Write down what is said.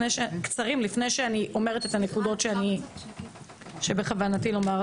לפני שאני אומרת את הנקודות שבכוונתי לומר.